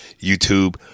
YouTube –